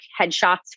headshots